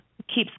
keeps